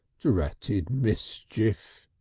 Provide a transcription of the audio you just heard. dratted mischief!